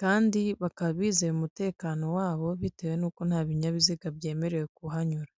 kandi bakaba bizeye umutekano wabo kubera ko nta binyabiziga byemerewe kuhanyura.